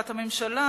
הממשלה,